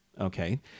Okay